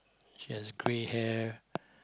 she has grey hair